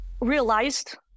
realized